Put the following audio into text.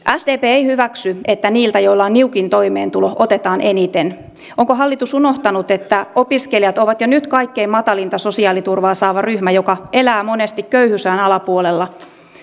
sdp ei hyväksy että niiltä joilla on niukin toimeentulo otetaan eniten onko hallitus unohtanut että opiskelijat ovat jo nyt kaikkein matalinta sosiaaliturvaa saava ryhmä joka elää monesti köyhyysrajan alapuolella